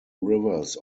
rivers